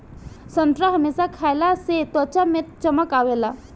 संतरा हमेशा खइला से त्वचा में चमक आवेला